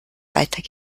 weiter